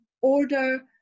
order